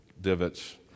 divots